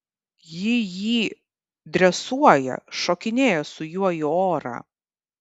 ji jį dresuoja šokinėja su juo į orą